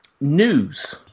News